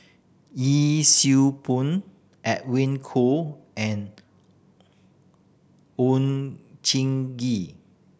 Yee Siew Pun Edwin Koo and Oon Jin Gee